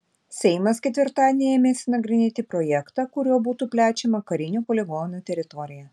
seimas ketvirtadieni ėmėsi nagrinėti projektą kuriuo būtų plečiama karinių poligonų teritorija